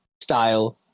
style